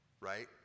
right